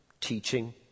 teaching